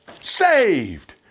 saved